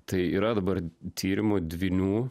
tai yra dabar tyrimu dvynių